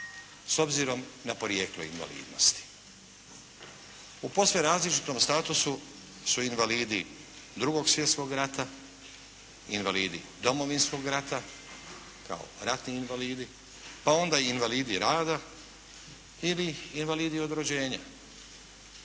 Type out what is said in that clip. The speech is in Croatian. s obzirom na porijeklo invalidnosti. U posve različitom statusu su invalidi drugog svjetskog rata, invalidi Domovinskog rata kao ratni invalidi, pa onda i invalidi rada ili invalidi od rođenja.